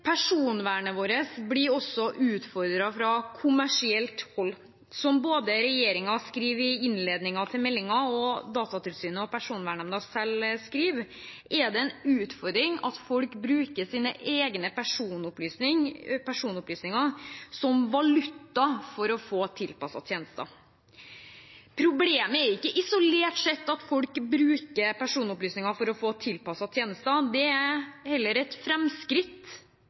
Personvernet vårt blir også utfordret fra kommersielt hold. Som regjeringen skriver i innledningen til meldingen og Datatilsynet og Personvernnemnda selv skriver, er det en utfordring at folk bruker sine egne personopplysninger som valuta for å få tilpassede tjenester. Problemet er ikke isolert sett at folk bruker personopplysninger for å få tilpassede tjenester. Det er heller et